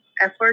effort